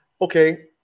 Okay